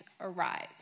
arrives